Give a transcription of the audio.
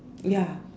ya